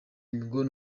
mignone